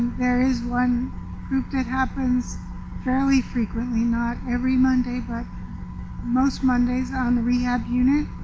there is one group that happens fairly frequently. not every monday but most mondays on rehab unit.